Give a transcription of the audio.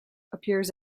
appears